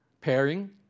pairing